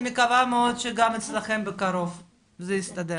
אני מקווה מאוד שגם אצלכם בקרוב זה יסתדר.